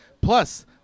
plus